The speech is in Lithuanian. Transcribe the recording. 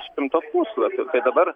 spintos puslapių dabar